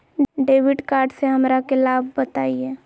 Debit card से हमरा के लाभ बताइए?